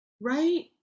Right